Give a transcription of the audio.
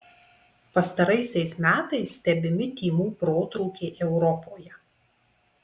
pastaraisiais metais stebimi tymų protrūkiai europoje